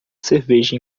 cerveja